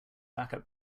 backup